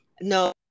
No